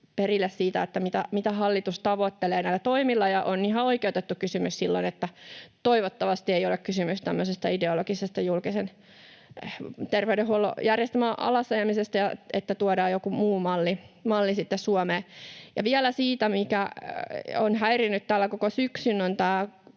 perille siitä, mitä hallitus tavoittelee näillä toimilla, ja silloin on ihan oikeutettu kysymys, että toivottavasti ei ole kysymys tämmöisestä ideologisesta julkisen terveydenhuollon järjestelmän alasajamisesta ja siitä, että tuodaan joku muu malli Suomeen. Vielä siitä, mikä on häirinnyt täällä koko syksyn,